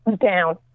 down